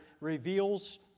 reveals